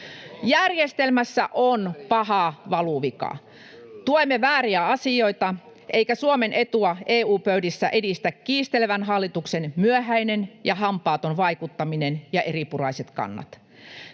Järjestelmässä on paha valuvika. Tuemme vääriä asioita, eivätkä Suomen etua EU-pöydissä edistä kiistelevän hallituksen myöhäinen ja hampaaton vaikuttaminen ja eripuraiset kannat.